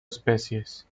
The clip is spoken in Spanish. especies